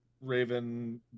raven